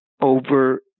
over